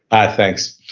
oh, thanks.